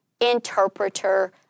interpreter